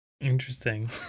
Interesting